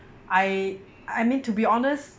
I I mean to be honest